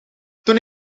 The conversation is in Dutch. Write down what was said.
toen